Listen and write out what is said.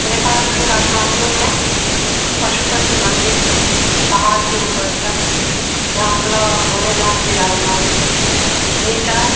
नेपाल के काठमांडू मे पशुपति मंदिर पहाड़ के ऊपर छथि जहाँ भोला बाबा भोले नाथ विराजमान छथि नीचाँ